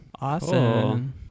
Awesome